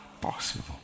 possible